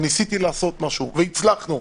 ניסיתי לעשות משהו והצלחתי,